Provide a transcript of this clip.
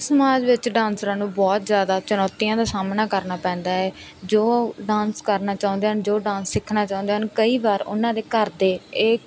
ਸਮਾਜ ਵਿੱਚ ਡਾਂਸਰਾਂ ਨੂੰ ਬਹੁਤ ਜ਼ਿਆਦਾ ਚੁਣੌਤੀਆਂ ਦਾ ਸਾਹਮਣਾ ਕਰਨਾ ਪੈਂਦਾ ਹੈ ਜੋ ਡਾਂਸ ਕਰਨਾ ਚਾਹੁੰਦੇ ਹਨ ਜੋ ਡਾਂਸ ਸਿੱਖਣਾ ਚਾਹੁੰਦੇ ਹਨ ਕਈ ਵਾਰ ਉਨ੍ਹਾਂ ਦੇ ਘਰਦੇ ਇਹ